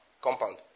compound